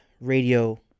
radio